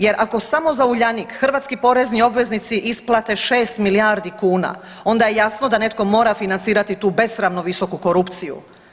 Jer ako samo za Uljanik hrvatski porezni obveznici isplate 6 milijardi kuna, onda je jasno da netko mora financirati tu besramno visoku korupciju.